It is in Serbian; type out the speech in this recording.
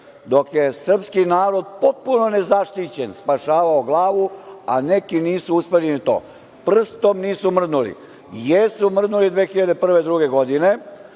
dok je srpski narod potpuno nezaštićen spašavao glavu, a neki nisu uspeli ni to. Prstom nisu mrdnuli. Jesu mrdnuli 2001-2002. godine